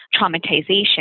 traumatization